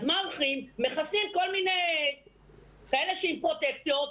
אז מחסנים כל מיני כאלה שעם פרוטקציות,